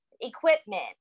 equipment